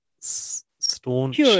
staunch